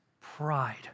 pride